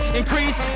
increase